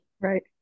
Right